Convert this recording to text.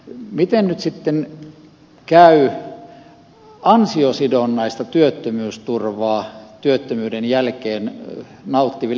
miten nyt sitten käy ansiosidonnaista työttömyysturvaa työttömyyden jälkeen nauttiville